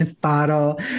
bottle